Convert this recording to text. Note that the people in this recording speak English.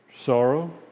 sorrow